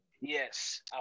yes